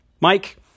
Mike